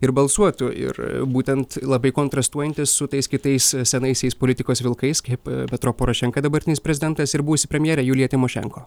ir balsuotų ir būtent labai kontrastuojantis su tais kitais senaisiais politikos vilkais kaip petro porošenka dabartinis prezidentas ir buvusi premjerė julija tymošenko